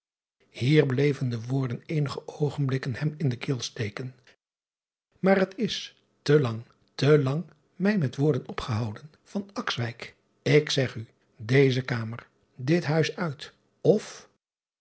ier bleven de woorden eenige oogenblikken hem in de keel steken maar het is te lang te lang mij met woorden opgehouden ik zeg u deze kamer dit huis uit of